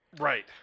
Right